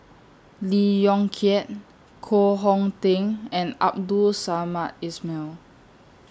Lee Yong Kiat Koh Hong Teng and Abdul Samad Ismail